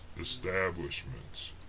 establishments